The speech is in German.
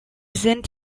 sind